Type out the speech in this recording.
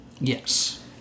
Yes